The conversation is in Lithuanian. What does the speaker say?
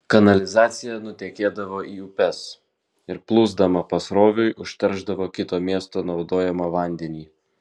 kanalizacija nutekėdavo į upes ir plūsdama pasroviui užteršdavo kito miesto naudojamą vandenį